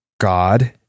God